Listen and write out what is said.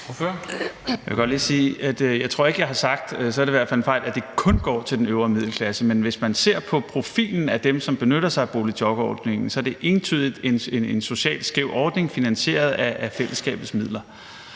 i hvert fald en fejl – at det kun går til den øvre middelklasse. Men hvis man ser på profilen af dem, som benytter sig af boligjobordningen, er det entydigt en socialt skæv ordning finansieret af fællesskabets midler.